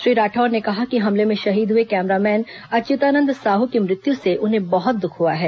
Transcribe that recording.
श्री राठौड़ ने कहा कि हमले में शहीद हुए कैमरामैन अच्युतानंद साहू की मृत्यु से उन्हें बहुत दूःख हुआ है